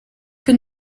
que